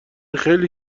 خیلی